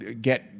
get